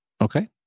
Okay